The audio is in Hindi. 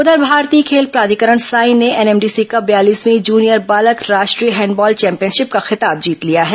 उधर भारतीय खेल प्राधिकरण सांई ने एनएमडीसी कप बयालीसवीं जनियर बालक राष्ट्रीय हैंडबॉल चैंपियनशिप का खिताब जीत लिया है